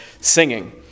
singing